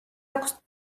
აქვს